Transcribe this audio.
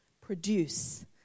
produce